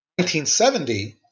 1970